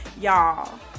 y'all